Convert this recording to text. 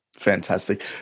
Fantastic